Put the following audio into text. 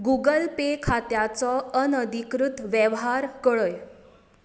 Google Pay खात्याचो अनधिकृत वेव्हार कळय